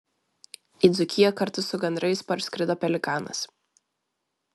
į dzūkiją kartu su gandrais parskrido pelikanas